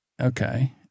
Okay